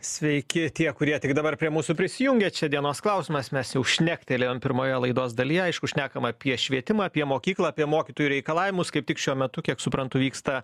sveiki tie kurie tik dabar prie mūsų prisijungė čia dienos klausimas mes jau šnektelėjom pirmoje laidos dalyje aišku šnekam apie švietimą apie mokyklą apie mokytojų reikalavimus kaip tik šiuo metu kiek suprantu vyksta